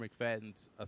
McFadden's